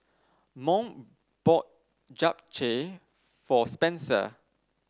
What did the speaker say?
Mont bought Japchae for Spenser